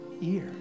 ear